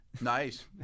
Nice